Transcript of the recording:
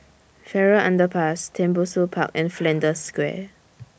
Farrer Underpass Tembusu Park and Flanders Square